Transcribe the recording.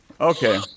Okay